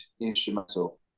instrumental